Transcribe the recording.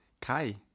Kai